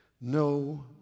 No